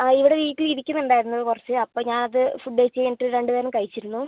ആ ഇവിടെ വീട്ടിൽ ഇരിക്കുന്ന് ഉണ്ടായിരുന്നു കുറച്ച് അപ്പം ഞാൻ അത് ഫുഡ്ഡ് കഴിച്ച് കഴിഞ്ഞിട്ട് രണ്ട് നേരം കഴിച്ചിരുന്നു